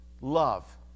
love